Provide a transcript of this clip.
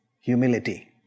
humility